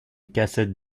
cassette